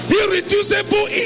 irreducible